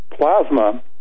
Plasma